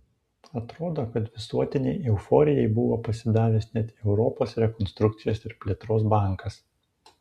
atrodo kad visuotinei euforijai buvo pasidavęs net europos rekonstrukcijos ir plėtros bankas